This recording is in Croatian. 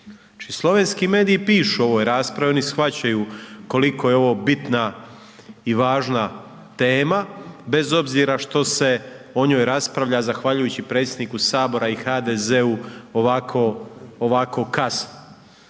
slovenski mediji pišu o ovoj raspravi oni shvaćaju koliko je ovo bitna i važna tema bez obzira što se o njoj raspravlja zahvaljujući predsjedniku sabora i HDZ-u ovako, ovako